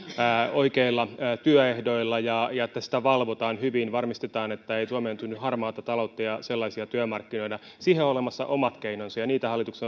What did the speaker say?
oikeilla työehdoilla ja ja että sitä valvotaan hyvin varmistetaan että ei suomeen synny harmaata taloutta ja sellaisia työmarkkinoita siihen on olemassa omat keinonsa ja niitä hallituksen